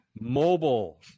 Mobile